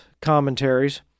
commentaries